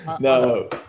No